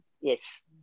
yes